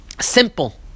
simple